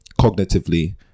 cognitively